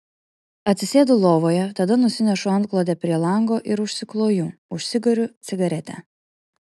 atsisėdu lovoje tada nusinešu antklodę prie lango ir užsikloju užsikuriu cigaretę